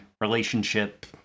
relationship